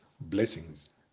Blessings